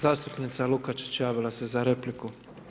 Zastupnica Lukačić javila se za repliku.